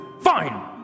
Fine